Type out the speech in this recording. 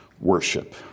worship